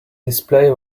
display